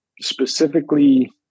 specifically